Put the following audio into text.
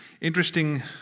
Interesting